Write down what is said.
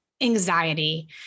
anxiety